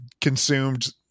consumed